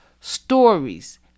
stories